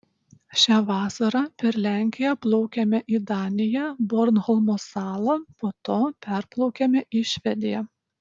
šią vasarą per lenkiją plaukėme į daniją bornholmo salą po to perplaukėme į švediją